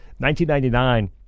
1999